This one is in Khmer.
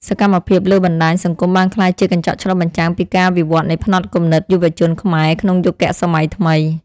សកម្មភាពលើបណ្តាញសង្គមបានក្លាយជាកញ្ចក់ឆ្លុះបញ្ចាំងពីការវិវឌ្ឍនៃផ្នត់គំនិតយុវជនខ្មែរក្នុងយុគសម័យថ្មី។